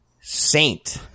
Saint